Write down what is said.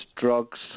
drugs